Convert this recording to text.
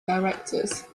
directors